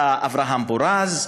היה אברהם פורז,